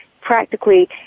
practically